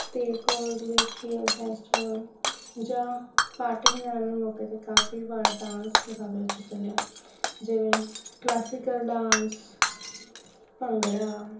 ਅਤੇ ਕੋਲਜ ਵਿੱਚ youth festival ਜਾਂ ਪਾਰਟੀ ਵਗੈਰਾ ਨੂੰ ਮੌਕੇ 'ਤੇ ਕਾਫੀ ਵਾਰ ਡਾਂਸ ਮੁਕਾਬਲੇ 'ਚ ਚੱਲਿਆ ਜਿਵੇਂ ਕਲਾਸਿਕਲ ਡਾਂਸ ਭੰਗੜਾ